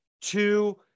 two